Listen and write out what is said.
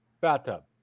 bathtub